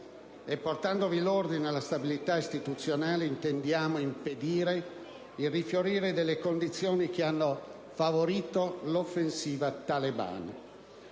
e portandovi l'ordine e la stabilità istituzionali intendiamo impedire il rifiorire delle condizioni che hanno favorito l'offensiva talebana.